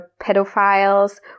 pedophiles